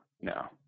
No